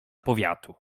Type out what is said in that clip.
powiatu